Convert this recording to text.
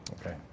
Okay